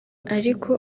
ariko